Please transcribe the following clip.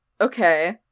Okay